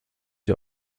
die